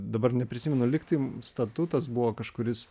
dabar neprisimenu lyg tai statutas buvo kažkuris